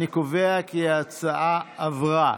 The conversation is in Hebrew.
אני קובע כי ההצעה עברה.